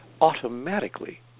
automatically